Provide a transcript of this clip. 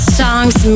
songs